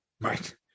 Right